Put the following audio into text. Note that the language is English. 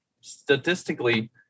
statistically